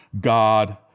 God